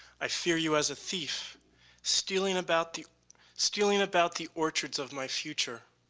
i fear you as a thief stealing about the stealing about the orchards of my future,